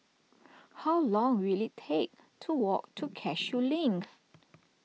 how long will it take to walk to Cashew Link